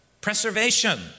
preservation